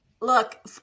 Look